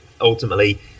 ultimately